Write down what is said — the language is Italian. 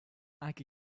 anche